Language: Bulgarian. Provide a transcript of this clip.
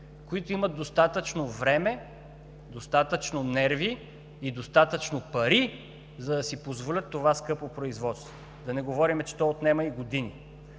които имат достатъчно време, достатъчно нерви и достатъчно пари, за да си позволят това скъпо производство. Да не говорим, че то отнема и години.